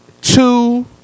two